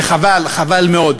וחבל, חבל מאוד.